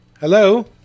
Hello